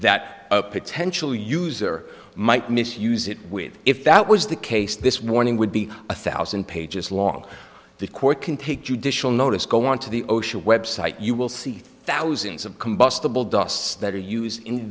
that a potential user might misuse it with if that was the case this warning would be a thousand pages long the court can take judicial notice go on to the osha website you will see thousands of combustible dusts that are used in